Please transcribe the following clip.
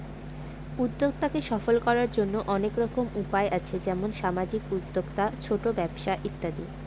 উদ্যক্তাকে সফল করার জন্য অনেক রকম উপায় আছে যেমন সামাজিক উদ্যোক্তা, ছোট ব্যবসা ইত্যাদি